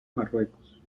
marruecos